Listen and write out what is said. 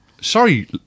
sorry